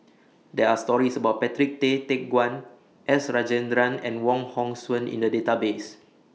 There Are stories about Patrick Tay Teck Guan S Rajendran and Wong Hong Suen in The Database